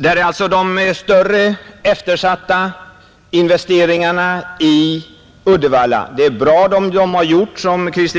Det finns alltså större eftersläpningar i fråga om investeringarna i Uddevalla, även om det är bra investeringar som har gjorts på sätt